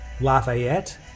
Lafayette